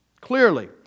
Clearly